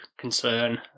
concern